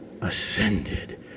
ascended